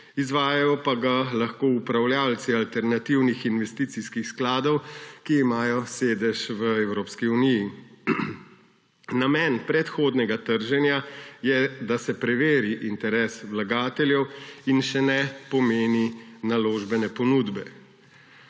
izvajajo pa ga lahko upravljavci alternativnih investicijskih skladov, ki imajo sedež v Evropski uniji. Namen predhodnega trženja je, da se preveri interes vlagateljev, in še ne pomeni naložbene ponudbe.